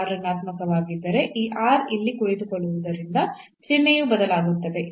r ಋಣಾತ್ಮಕವಾಗಿದ್ದರೆ ಈ r ಇಲ್ಲಿ ಕುಳಿತಿರುವುದರಿಂದ ಚಿಹ್ನೆಯು ಬದಲಾಗುತ್ತದೆ